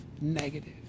negative